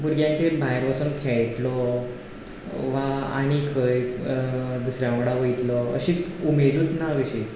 भुरग्यांक ते भायर वचून खेळटलो वा आनी खंय दुसऱ्या वांगडा वयतलो अशी उमेदूच ना कशी